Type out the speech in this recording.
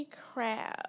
crap